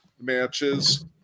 matches